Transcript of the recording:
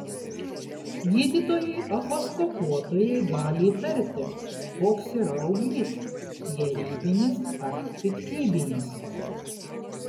gydytojai echoskopuotojai gali įtarti koks yra auglys gerybinis ar piktybinis